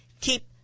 Keep